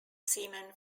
seaman